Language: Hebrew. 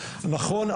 נכון,